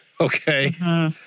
Okay